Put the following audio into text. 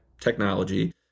technology